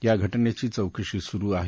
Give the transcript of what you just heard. या घटनेची चौकशी सुरु आहे